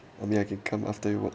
for me I can come after you work